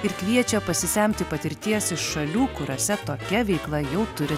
ir kviečia pasisemti patirties iš šalių kuriose tokia veikla jau turi